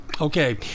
okay